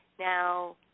Now